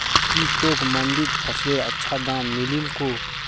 की तोक मंडीत फसलेर अच्छा दाम मिलील कु